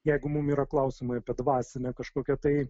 jeigu mum yra klausimai dvasinę kažkokią tai